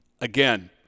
again